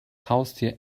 haustier